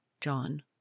John